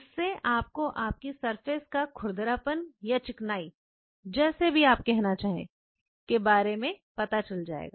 इससे आपको आपकी सरफेस का खुरदरापन या चिकनाई जैसे भी आप कहना चाहे के बारे में पता चल जाएगा